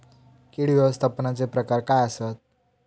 कीड व्यवस्थापनाचे प्रकार काय आसत?